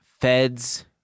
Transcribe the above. Feds